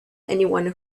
anyone